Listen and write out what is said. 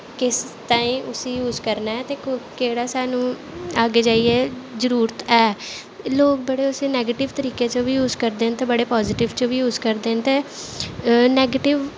किस ताईं उसी यूज करनी ऐ ते केह्ड़ा सानू अग्गें जाइयै जरूरत ऐ लोग बड़े उसी नैगेटिव तरीके च बी यूज करदे न ते बड़े पाजिटिव च बी यूज करदे न ते नैगेटिव